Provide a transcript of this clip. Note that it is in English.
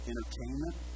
Entertainment